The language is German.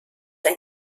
ein